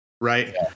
Right